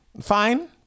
fine